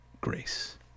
grace